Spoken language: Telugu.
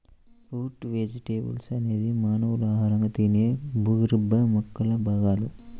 రూట్ వెజిటేబుల్స్ అనేది మానవులు ఆహారంగా తినే భూగర్భ మొక్కల భాగాలు